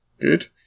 Good